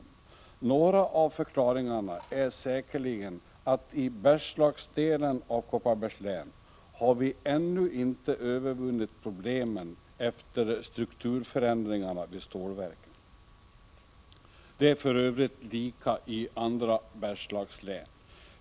En del av förklaringen är säkerligen att vi i Bergslagsdelen av länet ännu inte har övervunnit problemen efter strukturförändringarna vid stålverken. Det är för övrigt lika i andra Bergslagslän.